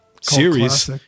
series